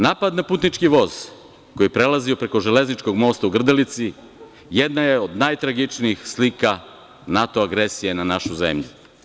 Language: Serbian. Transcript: Napad na putnički voz koji je prelazio preko železničkog mosta u Grdelici jedna je od najtragičnijih slika NATO agresije na našu zemlju.